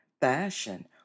fashion